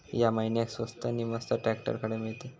या महिन्याक स्वस्त नी मस्त ट्रॅक्टर खडे मिळतीत?